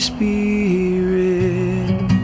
Spirit